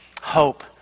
Hope